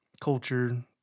culture